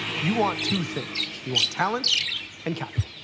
you want two things you want talent and capital.